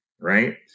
right